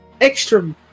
extra